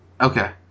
Okay